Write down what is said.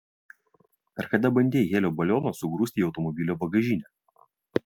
ar kada bandei helio balionus sugrūsti į automobilio bagažinę